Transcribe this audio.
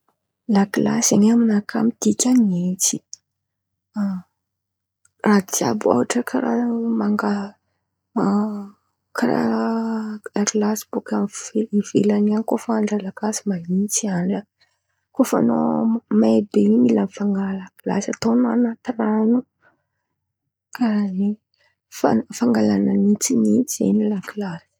La glasy zen̈y amy nakà midika n̈itsy. Raha jiàby ôhatra karàha manga- karàha andra glasy bôka ivelany an̈y kô fa andra la glasy man̈itsy andra. Kô fa an̈ao may be in̈y mila mivanga la glasy ataon̈ao an̈aty ran̈o karàha zen̈y. Fangalan̈a n̈itsin̈itsy zen̈y la glasy.